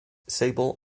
sable